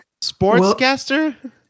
sportscaster